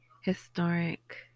historic